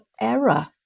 error